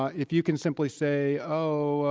if you can simply say, oh.